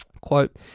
Quote